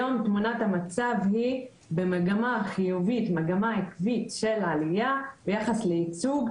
היום תמונת המצב היא במגמה חיובית ועקבית של עלייה ביחס לייצוג,